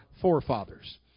forefathers